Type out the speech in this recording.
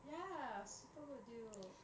ya super good deal